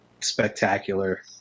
spectacular